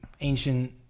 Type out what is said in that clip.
ancient